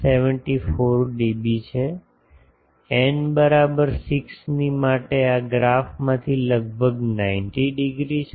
74 dB છે n બરાબર 6 ની માટે આ ગ્રાફ માંથી લગભગ 90 ડિગ્રી છે